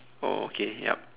oh okay yup